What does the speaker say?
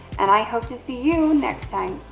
and i hope to see you next time.